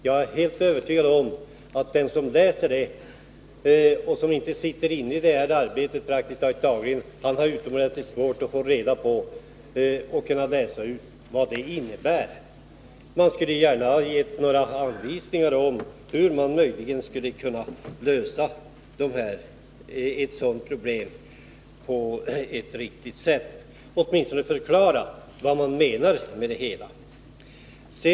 Jag är helt övertygad om att den som läser det och som inte är inne i det här arbetet praktiskt taget dagligen har utomordentligt svårt att få reda på eller att kunna läsa ut vad det innebär. Man kunde gärna ha gett några anvisningar om hur ett sådant problem skulle kunna lösas på ett riktigt sätt. Åtminstone borde man ha kunnat förklara vad som menas med det hela.